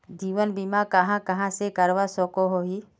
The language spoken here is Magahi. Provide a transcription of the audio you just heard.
जीवन बीमा कहाँ कहाँ से करवा सकोहो ही?